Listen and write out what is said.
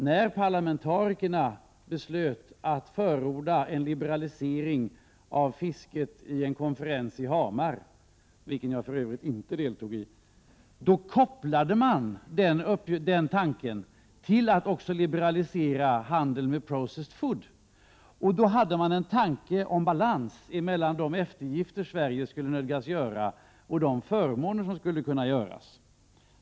När parlamentarikerna vid en konferens i Hamar, en konferens som jag för övrigt inte deltog i, beslöt att förorda en liberalisering av fisket, kopplade man den tanken till att också liberalisera handel med processed food. Då hade man en tanke om balans mellan de eftergifter som Sverige skulle nödgas göra och de förmåner som skulle kunna uppnås.